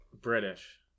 British